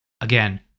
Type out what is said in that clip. Again